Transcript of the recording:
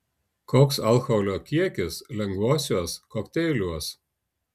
koks alkoholio kiekis lengvuosiuos kokteiliuos